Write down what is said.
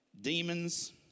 demons